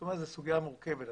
זאת סוגיה מורכבת.